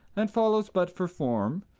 and follows but for form,